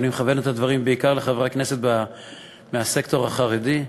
ואני מכוון את הדברים בעיקר לחברי הכנסת מהסקטור החרדי.